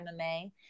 MMA